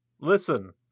Listen